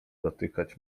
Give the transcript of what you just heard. dotykać